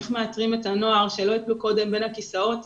איך מתארים את הנוער שלא יפלו קודם בין הכיסאות,